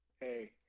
Hey